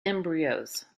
embryos